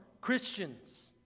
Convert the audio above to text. Christians